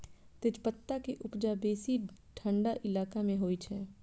तेजपत्ता के उपजा बेसी ठंढा इलाका मे होइ छै